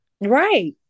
Right